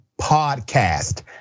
podcast